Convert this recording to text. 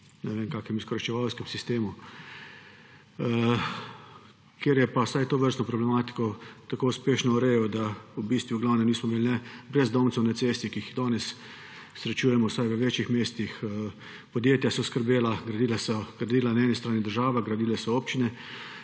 ne vem kakšnem izkoriščevalskem sistemu, ki je pa vsaj tovrstno problematiko tako uspešno urejal, da v bistvu nismo imeli brezdomcev na cesti, ki jih danes srečujemo vsaj v večjih mestih, podjetja so skrbela, gradila so, gradila je na eni strani država, gradile so občine